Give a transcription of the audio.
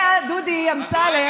דואגת לנו, אה?